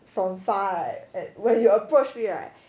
from far right at where you approach me right